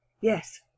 Yes